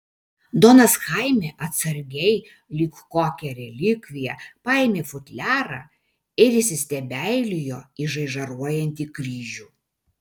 donas chaime atsargiai lyg kokią relikviją paėmė futliarą ir įsistebeilijo į žaižaruojantį kryžių